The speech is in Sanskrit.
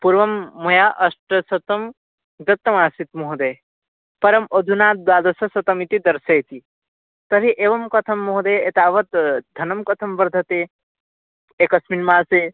पुर्वं मया अष्टशतं दत्तमासीत् महोदय परम् अधुना द्वादशशतम् इति दर्शयति तर्हि एवं कथं महोदय एतावत् धनं कथं वर्धते एकस्मिन् मासे